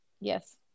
Yes